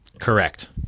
Correct